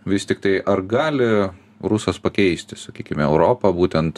vis tiktai ar gali rusas pakeisti sakykim europą būtent